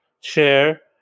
share